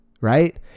Right